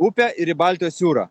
upę ir į baltijos jūrą